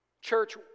Church